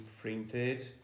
printed